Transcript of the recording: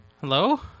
Hello